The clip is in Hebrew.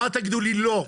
ואל תגידו לי לא,